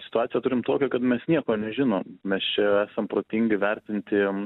situaciją turim tokią kad mes nieko nežinom mes čia esam protingi vertinti